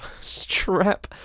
Strap